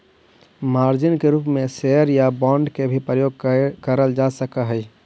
margin के रूप में शेयर या बांड के भी प्रयोग करल जा सकऽ हई